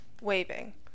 waving